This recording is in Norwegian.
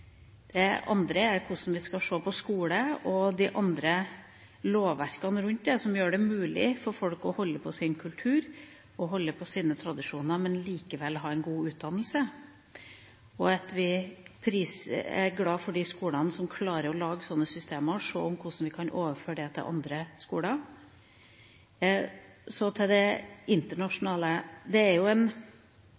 Det andre er hvordan vi skal se på skolene og de andre lovverkene rundt dette, som gjør det mulig for folk å holde på sin kultur og sine tradisjoner, men likevel ha en god utdannelse. Jeg er glad for de skolene som klarer å lage slike systemer, og vi må se på hvordan vi kan overføre det til andre skoler. Så til det